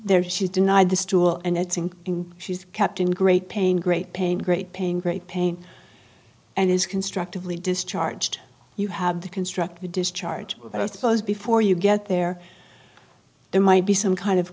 there she denied the stool and it's in she's kept in great pain great pain great pain great pain and is constructively discharged you have the construct the discharge i suppose before you get there there might be some kind of